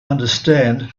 understand